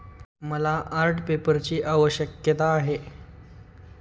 मला आर्ट पेपरची आवश्यकता आहे